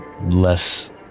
less